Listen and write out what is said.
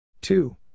two